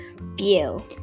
view